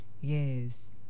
Yes